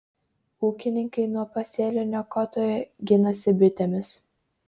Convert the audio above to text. ūkininkai nuo pasėlių niokotojų ginasi bitėmis